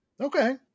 Okay